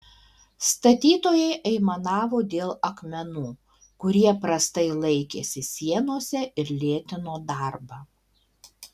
statytojai aimanavo dėl akmenų kurie prastai laikėsi sienose ir lėtino darbą